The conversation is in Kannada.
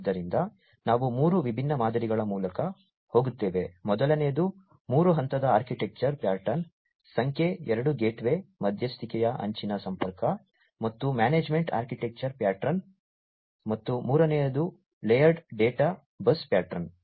ಆದ್ದರಿಂದ ನಾವು ಮೂರು ವಿಭಿನ್ನ ಮಾದರಿಗಳ ಮೂಲಕ ಹೋಗುತ್ತೇವೆ ಮೊದಲನೆಯದು ಮೂರು ಹಂತದ ಆರ್ಕಿಟೆಕ್ಚರ್ ಪ್ಯಾಟರ್ನ್ ಸಂಖ್ಯೆ ಎರಡು ಗೇಟ್ವೇ ಮಧ್ಯಸ್ಥಿಕೆಯ ಅಂಚಿನ ಸಂಪರ್ಕ ಮತ್ತು ಮ್ಯಾನೇಜ್ಮೆಂಟ್ ಆರ್ಕಿಟೆಕ್ಚರ್ ಪ್ಯಾಟರ್ನ್ ಮತ್ತು ಮೂರನೆಯದು ಲೇಯರ್ಡ್ ಡೇಟಾ ಬಸ್ ಪ್ಯಾಟರ್ನ್